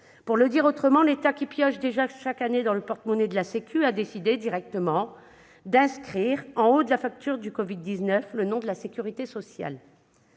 Pour le dire autrement, l'État, qui pioche déjà chaque année dans le porte-monnaie de la sécu, a décidé d'inscrire directement en haut de la facture du covid-19 le nom de la sécurité sociale.